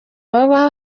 baba